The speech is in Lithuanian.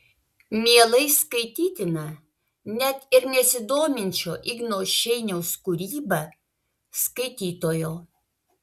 mielai skaitytina net ir nesidominčio igno šeiniaus kūryba skaitytojo